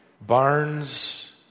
barns